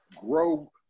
grow